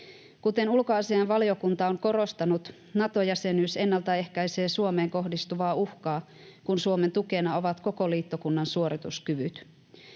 Kuten ulkoasiainvaliokunta on korostanut, Nato-jäsenyys ennaltaehkäisee Suomeen kohdistuvaa uhkaa, kun Suomen tukena ovat koko liittokunnan suorituskyvyt.